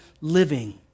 living